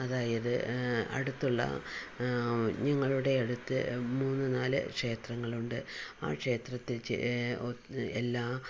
അതായത് അടുത്തുള്ള ഞങ്ങളുടെ അടുത്ത് മൂന്ന് നാല് ക്ഷേത്രങ്ങളുണ്ട് ആ ക്ഷേത്രത്തിൽ ചേ ഒത്ത് എല്ലാ